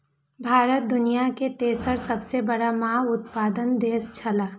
भारत दुनिया के तेसर सबसे बड़ा माछ उत्पादक देश छला